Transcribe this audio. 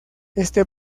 este